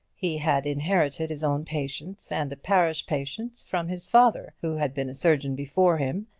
he had inherited his own patients and the parish patients from his father, who had been a surgeon before him,